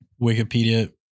Wikipedia